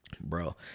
bro